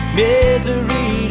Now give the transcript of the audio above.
misery